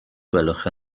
gwelwch